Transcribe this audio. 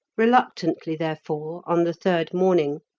reluctantly, therefore, on the third morning,